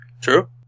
True